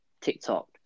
TikTok